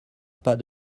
pas